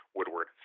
Woodward